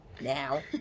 now